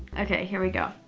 okay here we go.